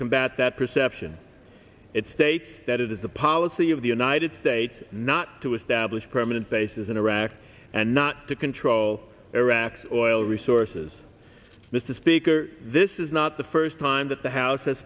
combat that perception it states that it is the policy of the united states not to establish permanent bases in iraq and not to control iraq's oil resources mr speaker this is not the first time that the house ha